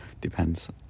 Depends